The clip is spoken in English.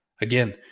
again